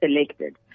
selected